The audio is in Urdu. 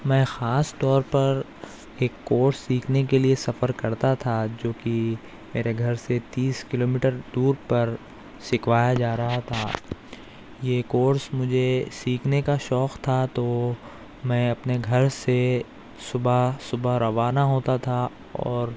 میں خاص طور پر ایک کورس سیکھنے کے لیے سفر کرتا تھا جو کہ میرے گھر سے تیس کلو میٹر دور پر سکھوایا جا رہا تھا یہ کورس مجھے سیکھنے کا شوق تھا تو میں اپنے گھر سے صبح صبح روانہ ہوتا تھا اور